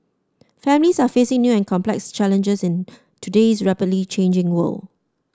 families are facing new and complex challenges in today's rapidly changing world